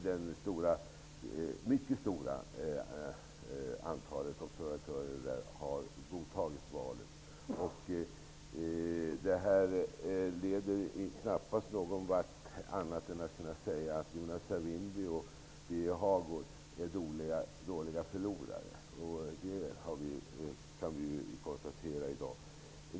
Det mycket stora antalet observatörer har godtagit valet. Denna debatt leder knappast någon vart, annat än till att man kan säga Jonas Savimbi och Birger Hagård är dåliga förlorare. Det kan vi i dag konstatera.